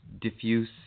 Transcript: diffuse